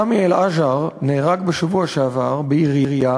סאמי אל-ג'עאר נהרג בשבוע שעבר בירייה